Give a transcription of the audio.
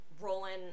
rolling